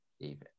David